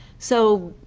so,